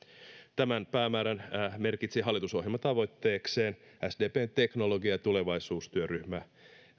tämän päämäärän merkitsi hallitusohjelmatavoitteekseen sdpn teknologia ja tulevaisuus työryhmä